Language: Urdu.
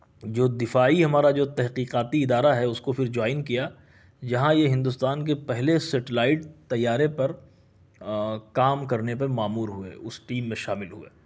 جو دفاعی ہمارا جو تحقیقاتی ادارہ ہے اس کو پھر جوائن کیا جہاں یہ ہندوستان کے پہلے سیٹلائٹ طیارے پر کام کرنے پر مامور ہوئے اس ٹیم میں شامل ہوئے